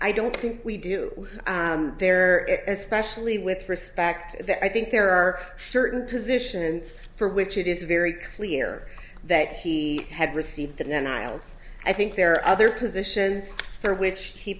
i don't think we do there specially with respect that i think there are certain positions for which it is very clear that he had received denials i think there are other positions for which he